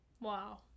Wow